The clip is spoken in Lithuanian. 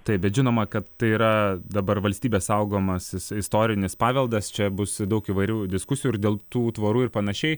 taip bet žinoma kad tai yra dabar valstybės saugomasis istorinis paveldas čia bus daug įvairių diskusijų ir dėl tų tvorų ir panašiai